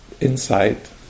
insight